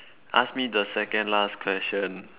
ask me the second last question